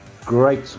great